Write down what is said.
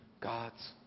God's